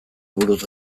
buruz